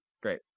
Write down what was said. Great